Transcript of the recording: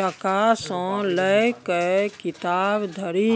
टका सँ लए कए किताब धरि